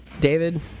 David